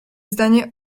zdanie